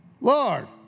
Lord